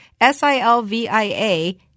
S-I-L-V-I-A